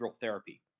therapy